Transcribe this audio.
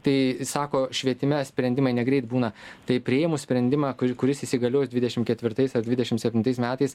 tai sako švietime sprendimai negreit būna tai priėmus sprendimą kuris įsigalios dvidešim ketvirtais ar dvidešim septintais metais